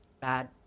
bad